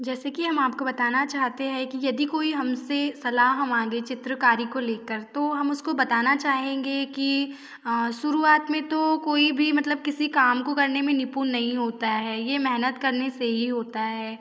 जैसे कि हम आपको बताना चाहते हैं कि यदि कोई हम से सलाह मांगे चित्रकारी को ले कर तो हम उसको बताना चाहेंगे कि शुरुआतमें तो कोई भी मतलब किसी काम को करने में निपुण नहीं होता है ये मेहनत करने से ही होता है